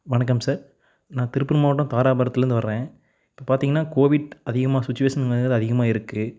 வணக்கம் சார் நான் திருப்பூர் மாவட்டம் தாராபுரத்திலேந்து வர்றேன் இப்போ பார்த்திங்கன்னா கோவிட் அதிகமாக சுச்சிவேஷன்ங்கிறது அதிகமாக இருக்குது